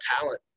talent